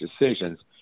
decisions